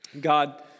God